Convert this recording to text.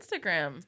Instagram